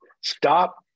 stop